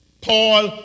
Paul